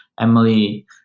Emily